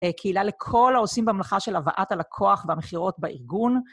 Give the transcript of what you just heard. קהילה לכל העושים במלאכה של הבעת הלקוח והמחירות בארגון.